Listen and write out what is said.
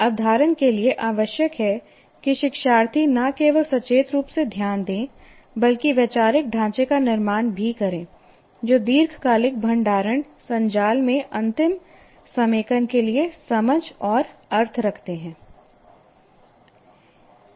अवधारण के लिए आवश्यक है कि शिक्षार्थी न केवल सचेत रूप से ध्यान दें बल्कि वैचारिक ढांचे का निर्माण भी करें जो दीर्घकालिक भंडारण संजाल में अंतिम समेकन के लिए समझ और अर्थ रखते हैं